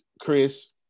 Chris